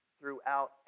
throughout